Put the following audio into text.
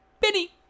Benny